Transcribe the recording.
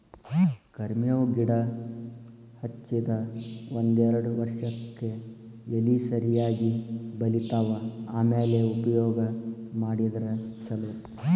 ಕರ್ಮೇವ್ ಗಿಡಾ ಹಚ್ಚದ ಒಂದ್ಯಾರ್ಡ್ ವರ್ಷಕ್ಕೆ ಎಲಿ ಸರಿಯಾಗಿ ಬಲಿತಾವ ಆಮ್ಯಾಲ ಉಪಯೋಗ ಮಾಡಿದ್ರ ಛಲೋ